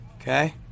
Okay